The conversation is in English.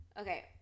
Okay